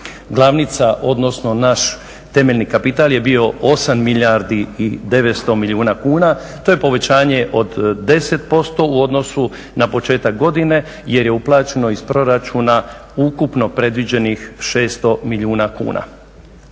Glavnica, odnosno naš temeljni kapital je bio 8 milijardi i 900 milijuna kuna, to je povećanje od 10% u odnosu na početak godine jer je uplaćeno iz proračuna ukupno predviđenih 600 milijuna kuna.